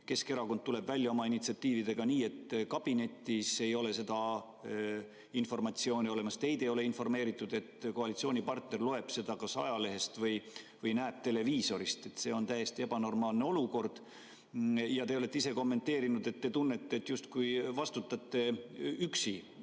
Keskerakond tuleb välja oma initsiatiividega nii, et kabinetis ei ole sellekohast informatsiooni olemas, teid ei ole informeeritud, koalitsioonipartner loeb seda infot kas ajalehest või näeb televiisorist. See on täiesti ebanormaalne olukord. Te olete ise kommenteerinud, et te tunnete, justkui vastutaksite